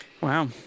Wow